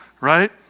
right